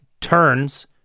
turns